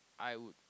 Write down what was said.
I would